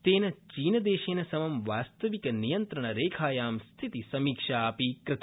तेन चीनदेशेन समं वास्तविकनियन्त्रणरेखायां स्थिति समीक्षा अपि कृता